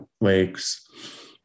lakes